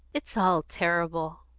it's all terrible!